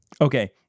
Okay